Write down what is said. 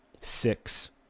Six